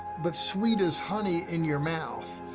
but sweet as honey in your mouth.